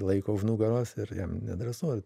laiko už nugaros ir jam nedrąsu